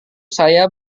saya